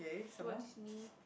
towards me